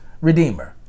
Redeemer